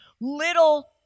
little